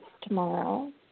tomorrow